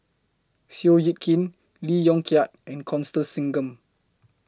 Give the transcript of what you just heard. Seow Yit Kin Lee Yong Kiat and Constance Singam